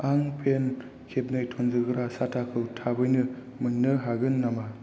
आं फेन्द खेबनै थनजाग्रा साथाखौ थाबैनो मोननो हागोन नामा